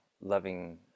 loving